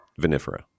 vinifera